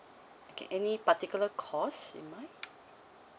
okay any particular course in mind